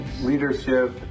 leadership